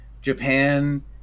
japan